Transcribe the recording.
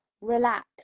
relax